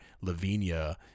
Lavinia